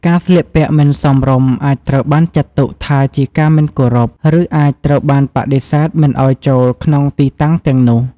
ការស្លៀកពាក់មិនសមរម្យអាចត្រូវបានចាត់ទុកថាជាការមិនគោរព ឬអាចត្រូវបានបដិសេធមិនឱ្យចូលក្នុងទីតាំងទាំងនោះ។